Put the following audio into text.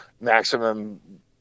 maximum